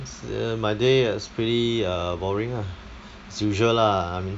it's uh my day is pretty uh boring lah as usual lah I mean